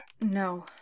No